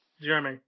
Jeremy